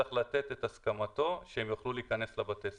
צריך לתת את הסכמתו שהם יוכלו להיכנס לבתי הספר.